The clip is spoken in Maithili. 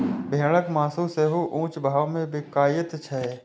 भेड़क मासु सेहो ऊंच भाव मे बिकाइत छै